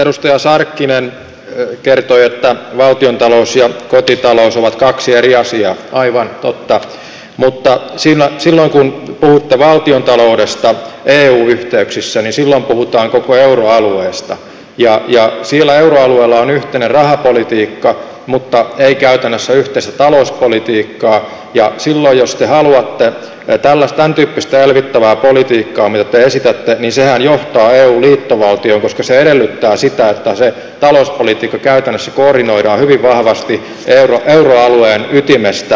edustaja sarkkinen kertoi että valtiontalous ja kotitalous ovat kaksi eri asiaa aivan totta mutta silloin kun puhutaan valtiontaloudesta eu yhteyksissä niin silloin puhutaan koko euroalueesta ja euroalueella on yhteinen rahapolitiikka mutta ei käytännössä yhteistä talouspolitiikkaa ja silloin jos te haluatte tämäntyyppistä elvyttävää politiikkaa mitä te esitätte niin sehän johtaa eu liittovaltioon koska se edellyttää sitä että se talouspolitiikka käytännössä koordinoidaan hyvin vahvasti euroalueen ytimestä